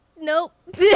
nope